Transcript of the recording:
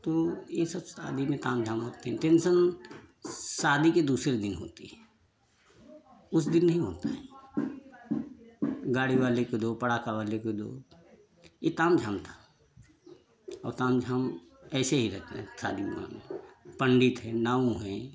तो ये सब शादी में क तामझाम होती है टेंशन शादी के दूसरे दिन होती हैं उस दिन नहीं होती है गाड़ी वाले के दो पटाखा वाले दो ये तामझाम था और तामझाम ऐसे ही रहते है शादी के मामले में पण्डित है नाउन हैं